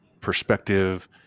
perspective